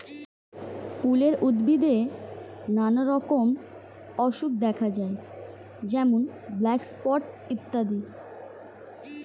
ফুলের উদ্ভিদে নানা রকম অসুখ দেখা যায় যেমন ব্ল্যাক স্পট ইত্যাদি